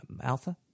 Alpha